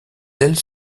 ailes